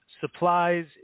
supplies